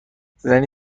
زنی